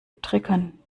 triggern